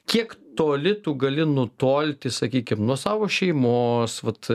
kiek toli tu gali nutolti sakykim nuo savo šeimos vat